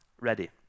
ready